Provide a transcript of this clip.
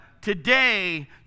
today